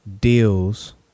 deals